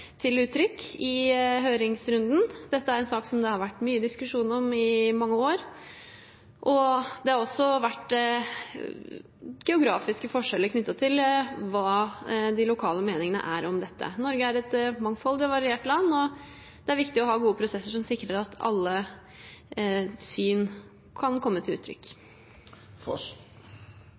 år. Det har også vært geografiske forskjeller knyttet til hva de lokale meningene er om dette. Norge er et mangfoldig og variert land, og det er viktig å ha gode prosesser som sikrer at alle syn kan komme til uttrykk.